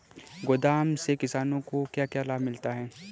गोदाम से किसानों को क्या क्या लाभ मिलता है?